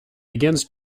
begins